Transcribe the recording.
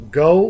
go